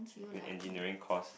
okay engineering course